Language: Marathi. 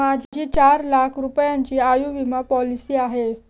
माझी चार लाख रुपयांची आयुर्विमा पॉलिसी आहे